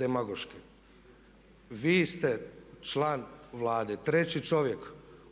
demagoški. Vi ste član Vlade, treći čovjek